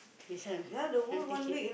that's why cannot take it